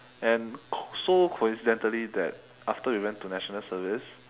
and c~ so coincidentally that after we went to national service